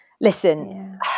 listen